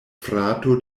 frato